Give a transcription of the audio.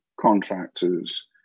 contractors